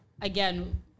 again